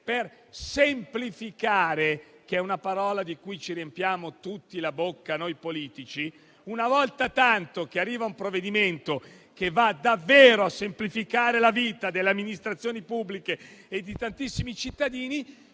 per semplificare - una parola di cui tutti noi politici ci riempiamo la bocca - una volta tanto che arriva un provvedimento che va davvero a semplificare la vita delle amministrazioni pubbliche e di tantissimi cittadini,